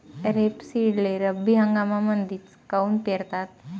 रेपसीडले रब्बी हंगामामंदीच काऊन पेरतात?